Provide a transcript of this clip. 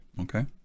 Okay